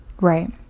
Right